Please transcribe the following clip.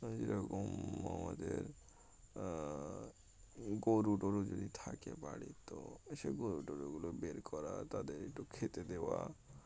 যেরকম আমাদের গরু টরু যদি থাকে বাড়ির তো সেই গরু টরুগুলো বের করা তাদের একটু খেতে দেওয়া